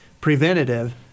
preventative